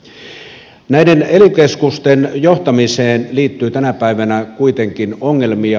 näiden ely keskusten johtamiseen liittyy tänä päivänä kuitenkin ongelmia